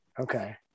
Okay